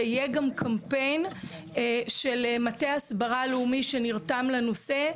ויהיה גם קמפיין של מטה הסברה לאומי שנרתם לנושא,